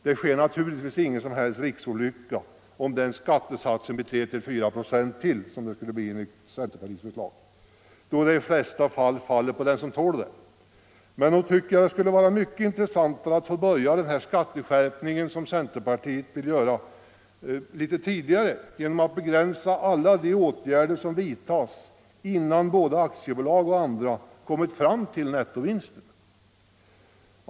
Det sker naturligtvis ingen riksolycka om den skattesatsen blir 3-4 procent till, som den skulle bli enligt centerpartiets förslag, då det i de flesta fall kommer att falla på den som tål det, men nog tycker jag det skulle vara mycket intressantare att få börja den här skatteskärpningen litet tidigare genom att begränsa alla de åtgärder som vidtas innan både aktiebolag och andra kommit fram till en nettovinst.